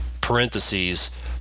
parentheses